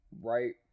right